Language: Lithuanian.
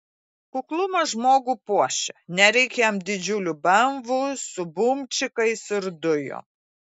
kuklumas žmogų puošia nereik jam didžiulių bemvų su bumčikais ir dujom